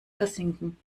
versinken